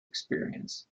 experience